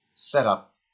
Setup